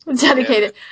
Dedicated